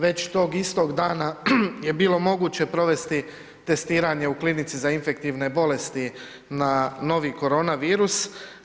Već tog istog dana je bilo moguće provesti testiranje u klinici za infektivne bolesti na novi koronavirus.